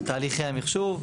תהליכי המחשוב.